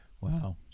Wow